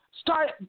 start